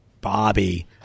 bobby